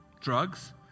drugs